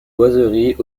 boiseries